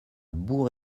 bourg